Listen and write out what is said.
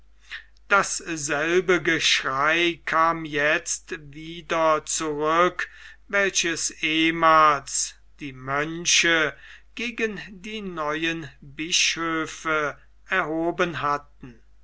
dasselbe geschrei kam jetzt wieder zurück welches ehemals die mönche gegen die neuen bischöfe erhoben hatten